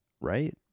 right